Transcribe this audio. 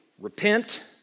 Repent